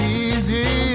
easy